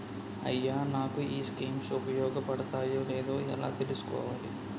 అయ్యా నాకు ఈ స్కీమ్స్ ఉపయోగ పడతయో లేదో ఎలా తులుసుకోవాలి?